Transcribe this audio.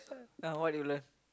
now what you learn